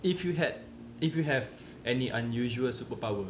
if you had if you have any unusual superpower